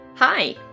Hi